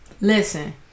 Listen